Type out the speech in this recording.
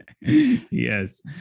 Yes